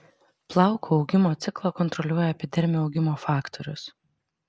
plauko augimo ciklą kontroliuoja epidermio augimo faktorius